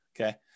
Okay